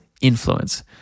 influence